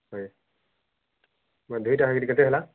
ହଏ ମୋର ଦୁଇଟା ହେଇକିରି କେତେ ହେଲା